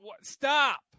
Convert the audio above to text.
Stop